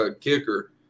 kicker